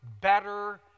better